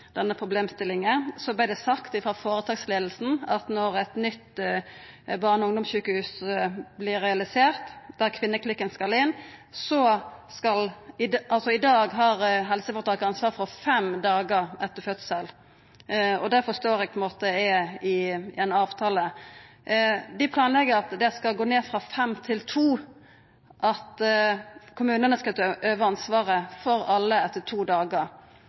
nytt barne- og ungdomssjukehus vert realisert, der kvinneklinikken skal inn – i dag har helseføretaket ansvar for fem dagar etter fødsel, og det forstår eg på ein måte er i ein avtale – planlegg dei at det skal gå ned frå fem til to, at kommunane skal ta over ansvaret for alle etter to dagar.